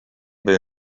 will